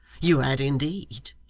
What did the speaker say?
you had, indeed.